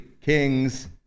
kings